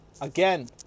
again